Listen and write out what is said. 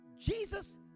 Jesus